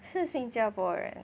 是新加坡人